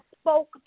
spoke